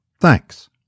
Thanks